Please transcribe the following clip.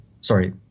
Sorry